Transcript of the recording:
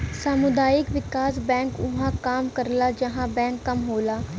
सामुदायिक विकास बैंक उहां काम करला जहां बैंक कम होला